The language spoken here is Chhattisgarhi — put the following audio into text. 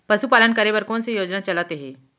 पशुपालन करे बर कोन से योजना चलत हे?